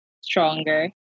stronger